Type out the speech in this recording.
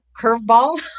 curveball